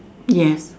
yes